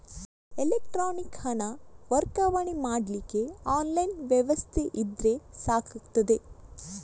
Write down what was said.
electronic ಹಣ ವರ್ಗಾವಣೆ ಮಾಡ್ಲಿಕ್ಕೆ ಆನ್ಲೈನ್ ವ್ಯವಸ್ಥೆ ಇದ್ರೆ ಸಾಕಾಗ್ತದೆ